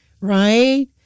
Right